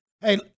Hey